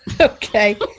Okay